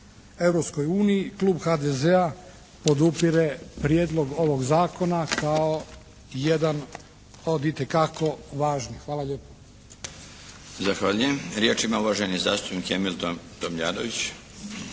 Europskoj uniji klub HDZ-a podupire prijedlog ovog Zakona kao jedan od itekako važnih. Hvala lijepo. **Milinović, Darko (HDZ)** Zahvaljujem. Riječ ima uvaženi zastupnik Emil Tomljanović.